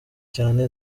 cyane